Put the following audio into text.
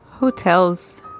Hotels